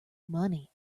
money